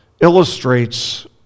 illustrates